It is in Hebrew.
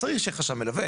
אז צריך שיהיה חשב מלווה.